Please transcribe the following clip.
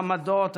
העמדות,